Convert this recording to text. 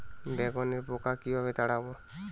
বেগুনের পোকা কিভাবে তাড়াব?